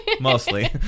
Mostly